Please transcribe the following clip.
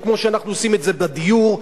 וכמו שאנחנו עושים את זה בדיור,